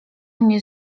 mnie